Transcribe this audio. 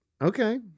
okay